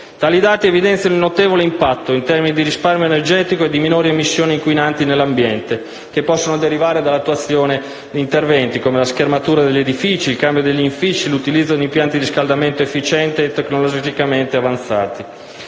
Tali dati evidenziano il notevole impatto in termini di risparmio energetico e di minori emissioni inquinanti nell'ambiente, che possono derivare dall'attuazione di interventi, come la schermatura degli edifici, il cambio degli infissi e l'utilizzo di impianti di riscaldamento efficiente e tecnologicamente avanzati.